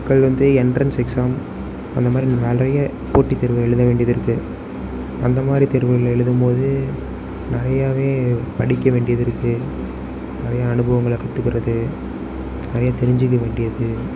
மக்கள் வந்து entrance exam அந்த மாதிரி நிறைய போட்டி தேர்வுகள் எழுத வேண்டியது இருக்குது அந்த மாதிரி தேர்வுகள் எழுதும்போது நிறையாவே படிக்க வேண்டியது இருக்குது நிறையா அனுபவங்களை கற்றுக்கறது நிறையா தெரிஞ்சிக்க வேண்டியது